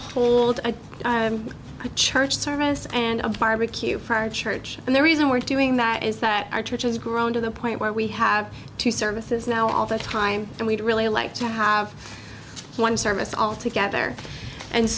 hold a church service and a barbecue for our church and the reason we're doing that is that our church is growing to the point where we have two services now all the time and we'd really like to have one service all together and